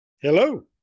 Hello